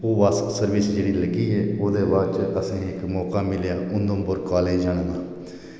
ओह् bus service जेह्ड़ी लग्गी ऐ ओह्दे बाद'च असें इक मौका मिलेआ उधमपुर कालेज जाने दा